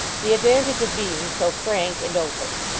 the advantage of being so frank and open.